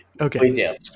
Okay